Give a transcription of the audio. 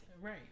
Right